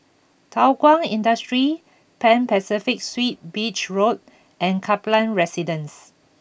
Thow Kwang Industry Pan Pacific Suites Beach Road and Kaplan Residence